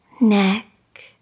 neck